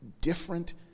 different